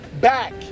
back